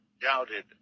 doubted